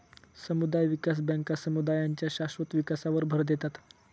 समुदाय विकास बँका समुदायांच्या शाश्वत विकासावर भर देतात